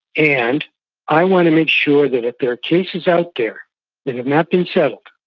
and i want to make sure that if there are cases out there that have not been settled,